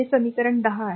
हे समीकरण १० आहे